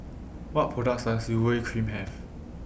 What products Does Urea Cream Have